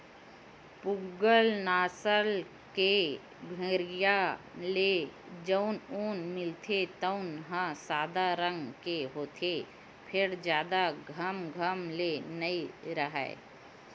पूगल नसल के भेड़िया ले जउन ऊन मिलथे तउन ह सादा रंग के होथे फेर जादा घमघम ले नइ राहय